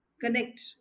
connect